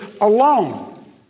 alone